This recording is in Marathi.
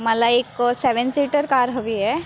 मला एक सेवन सिटर कार हवी आहे